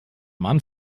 mann